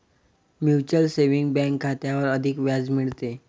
mutual saving bank खात्यावर अधिक व्याज मिळते